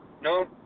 no